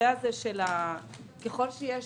שככל שיש